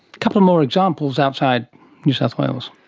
couple more examples outside new south wales?